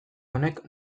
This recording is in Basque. honek